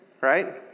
Right